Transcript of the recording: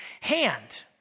hand